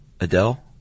Adele